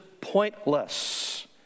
pointless